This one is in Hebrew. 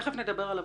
תכף נדבר על הוועדה.